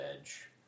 edge